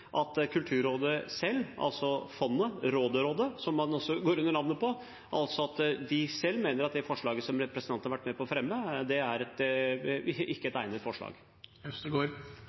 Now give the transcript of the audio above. Kulturrådet selv – altså fondet, rådet-rådet, som er et navn det også går under – mener at det forslaget som representanten har vært med på å fremme, ikke er et